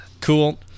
Cool